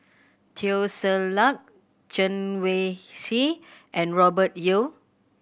Teo Ser Luck Chen Wen Hsi and Robert Yeo